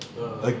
a'ah